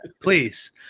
please